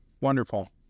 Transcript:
Wonderful